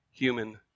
human